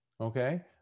okay